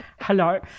Hello